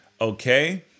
Okay